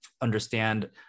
understand